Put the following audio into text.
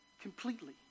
completely